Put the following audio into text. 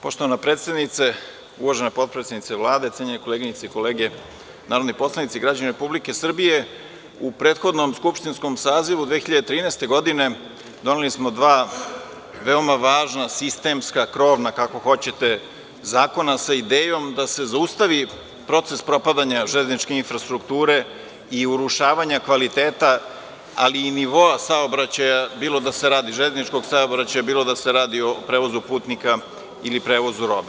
Poštovana predsednice, uvažena potpredsednice Vlade, cenjene koleginice i kolege narodni poslanici, građani Republike Srbije, u prethodnom skupštinskom sazivu 2013. godine doneli smo dva veoma važna sistemska, krovna, zakona sa idejom da se zaustavi proces propadanja železničke infrastrukture i urušavanja kvaliteta ali i nivoa saobraćaja, bilo da se radi o železničkom saobraćaju, bilo da se radi o prevozu putnika ili prevozu robe.